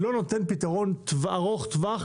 אבל הן לא נותנות פתרון ארוך טווח